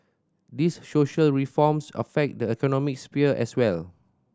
these social reforms affect the economic sphere as well